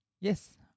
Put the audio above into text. Yes